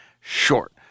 short